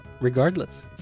Regardless